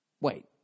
Wait